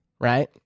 right